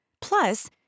Plus